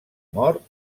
mort